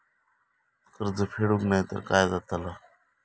कर्ज फेडूक नाय तर काय जाताला?